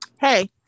Hey